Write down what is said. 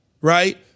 right